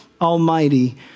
Almighty